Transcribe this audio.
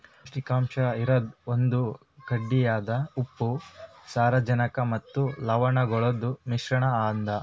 ಪೌಷ್ಟಿಕಾಂಶ ಇರದ್ ಒಂದ್ ಗಟ್ಟಿಯಾದ ಉಪ್ಪು, ಸಾರಜನಕ ಮತ್ತ ಲವಣಗೊಳ್ದು ಮಿಶ್ರಣ ಅದಾ